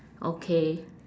okay